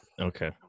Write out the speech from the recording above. okay